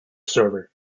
server